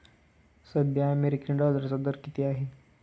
सध्या अमेरिकन डॉलरचा दर किती आहे?